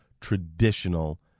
traditional